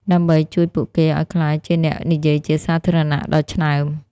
ដើម្បីជួយពួកគេឱ្យក្លាយជាអ្នកនិយាយជាសាធារណៈដ៏ឆ្នើម។